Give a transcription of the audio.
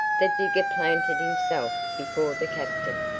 the digger planted himself before the captain.